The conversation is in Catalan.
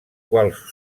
quals